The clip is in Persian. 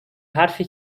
حرفی